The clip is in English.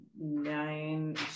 nine